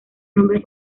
nombres